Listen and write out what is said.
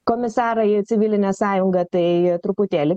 komisarą į civilinę sąjungą tai truputėlį